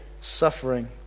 suffering